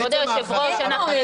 אין מועד,